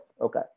Okay